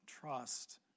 trust